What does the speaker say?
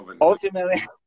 ultimately